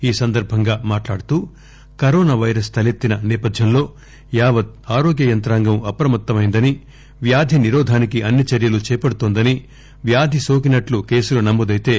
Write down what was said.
ఈ సందర్బంగా మాట్లాడుతూ కరోనా వైరస్ తలెత్తిన నేపథ్యంలో యావత్ ఆరోగ్య యంత్రాంగం అప్రమత్తమైందని వ్యాధి నిరోధానికి అన్ని చర్యలు చేపడుతోందని వ్యాధి నోకినట్లు కేసులు నమోదైతే